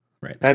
Right